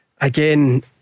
Again